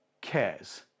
cares